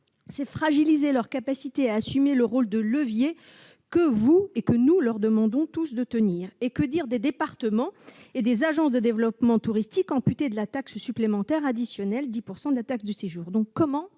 c'est fragiliser leurs capacités à assumer le rôle de levier que nous leur demandons tous pourtant de tenir. Et que dire des départements et de leurs agences de développement touristique, amputées de la taxe supplémentaire additionnelle- 10 % de la taxe de séjour ?